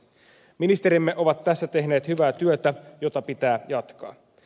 ministerimme ovat tässä tehneet hyvää työtä jota pitää jatkaa